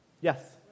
Yes